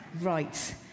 right